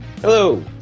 Hello